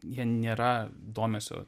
jie nėra domesio